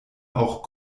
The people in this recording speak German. auch